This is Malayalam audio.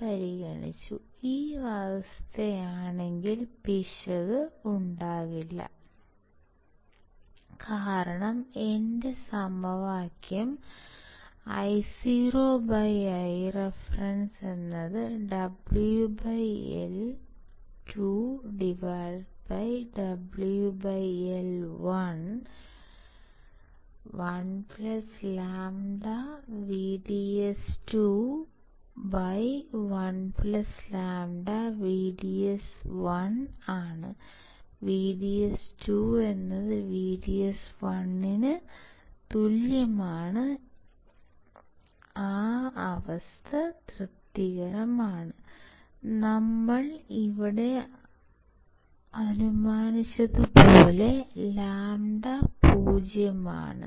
പരിഗണിച്ചു ഈ അവസ്ഥയാണെങ്കിൽ പിശക് ഉണ്ടാകില്ല കാരണം എന്റെ സമവാക്യം IoIreference WL2 W L1 1 λVDS2 1λ VDS1 VDS 2 VDS1 അവസ്ഥ തൃപ്തികരമാണ് നമ്മൾ ഇവിടെ അനുമാനിച്ചതുപോലെ λ 0 മാണ്